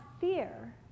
fear